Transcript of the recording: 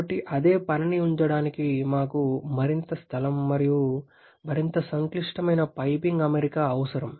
కాబట్టి అదే పనిని ఉంచడానికి మాకు మరింత స్థలం మరియు మరింత సంక్లిష్టమైన పైపింగ్ అమరిక అవసరం